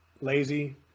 lazy